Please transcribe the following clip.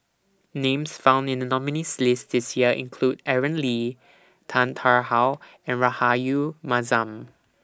Names found in The nominees' list This Year include Aaron Lee Tan Tarn How and Rahayu Mahzam